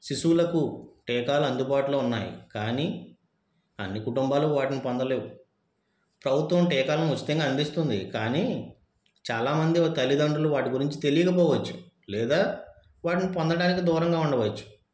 శిశువులకు టీకాలు అందుబాటులో ఉన్నాయి కానీ అన్ని కుటుంబాలు వాటిని పొందలేవు ప్రభుత్వం టీకాలను ఉచితంగా అందిస్తుంది కానీ చాలామంది తల్లిదండ్రులు వాటి గురించి తెలియకపోవచ్చు లేదా వాటిని పొందడానికి దూరంగా ఉండవచ్చు